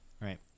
Right